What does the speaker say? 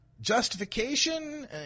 justification